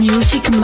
Music